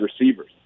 receivers